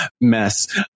mess